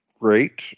Great